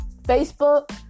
Facebook